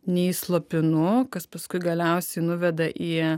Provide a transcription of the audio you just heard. nei slopinu kas paskui galiausiai nuveda į